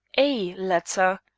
a letter.